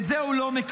את זה הוא לא מקדם.